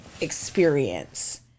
experience